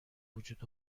بوجود